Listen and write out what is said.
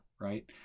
Right